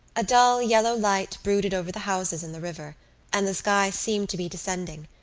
a dull, yellow light brooded over the houses and the river and the sky seemed to be descending.